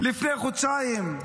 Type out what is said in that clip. לפני חודשיים,